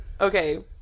Okay